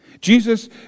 Jesus